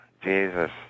Jesus